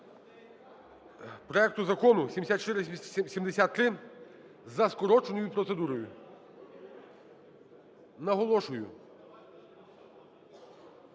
проекту Закону 7473 за скороченою процедурою. Наголошую,